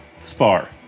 Spar